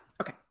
okay